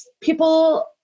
people